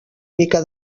mica